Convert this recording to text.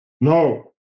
No